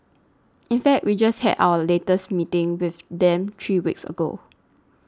in fact we just had our latest meeting with them three weeks ago